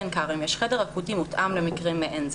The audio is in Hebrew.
עין כרם יש חדר אקוטי מותאם למקרים מעין זה.